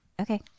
Okay